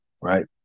right